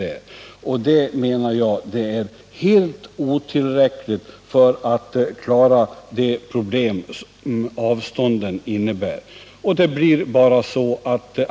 Jag menar att detta är helt otillräckligt för att klara de problem som avstånden innebär.